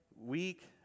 week